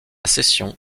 session